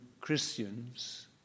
Christians